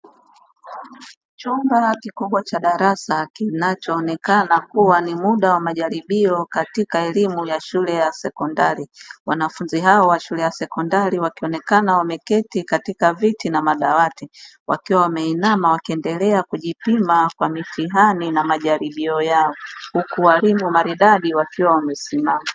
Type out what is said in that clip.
Chumba kikubwa cha darasa kinachoonekana kuwa ni muda wa majaribio katika elimu ya shule ya sekondari, wanafunzi hao wa shule ya sekondari wakionekana wameketi katika viti na madawati wakiwa wameinama wakiendelea kujipima kwa mitihani na majaribio yao kukuharibu maridadi wakiwa wamesimama.